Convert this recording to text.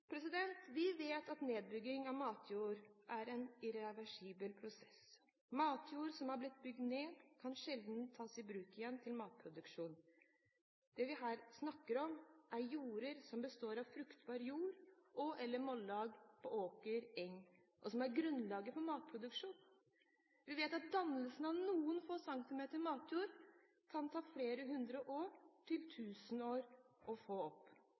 er en irreversibel prosess. Matjord som har blitt bygd ned, kan sjelden tas i bruk igjen til matproduksjon. Det vi snakker om her, er jorder som består av fruktbare jord- og/eller moldlag på åkrer og enger, og som er grunnlaget for matproduksjon. Vi vet at dannelsen av noen få centimeter med matjord kan ta fra flere hundre til tusenvis av år.